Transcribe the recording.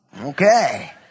Okay